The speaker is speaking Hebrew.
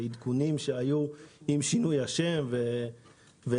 עדכונים עם שינוי השם וכולי.